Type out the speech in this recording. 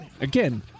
again